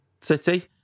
City